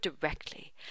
directly